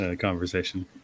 conversation